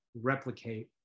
replicate